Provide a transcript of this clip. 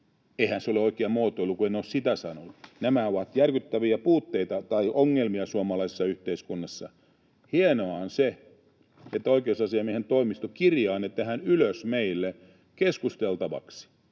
Eihän se ole oikea muotoilu, kun en ole sitä sanonut. Nämä ovat järkyttäviä puutteita tai ongelmia suomalaisessa yhteiskunnassa. Hienoa on se, että oikeusasiamiehen toimisto kirjaa ne tähän ylös meille keskusteltaviksi.